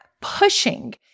pushing